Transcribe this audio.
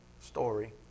story